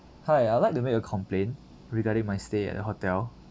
hi I'd like to make a complaint regarding my stay at the hotel